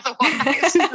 otherwise